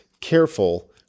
careful